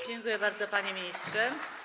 Dziękuję bardzo, panie ministrze.